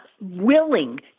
willing